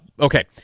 okay